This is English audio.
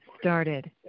started